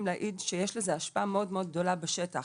להעיד שיש לזה השפעה מאוד מאוד גדולה בשטח,